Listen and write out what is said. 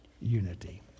unity